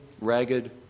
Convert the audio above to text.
ragged